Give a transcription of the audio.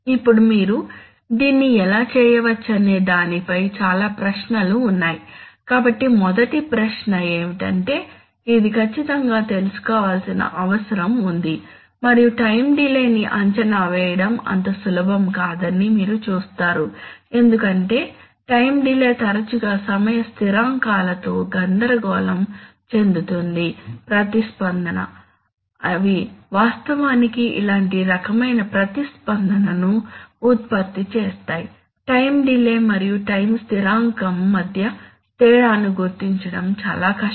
ఇప్పుడు మీరు దీన్ని ఎలా చేయవచ్చనే దానిపై చాలా ప్రశ్నలు ఉన్నాయి కాబట్టి మొదటి ప్రశ్న ఏమిటంటే ఇది ఖచ్చితంగా తెలుసుకోవాల్సిన అవసరం ఉంది మరియు టైం డిలే ని అంచనా వేయడం అంత సులభం కాదని మీరు చూస్తారు ఎందుకంటే టైం డిలే తరచుగా సమయ స్థిరాంకాల తో గందరగోళం చెందుతుంది ప్రతిస్పందన అవి వాస్తవానికి ఇలాంటి రకమైన ప్రతిస్పందనను ఉత్పత్తి చేస్తాయి టైం డిలే మరియు టైం స్థిరాంకం మధ్య తేడాను గుర్తించడం చాలా కష్టం